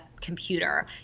computer